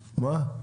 בהחלט.